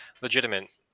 legitimate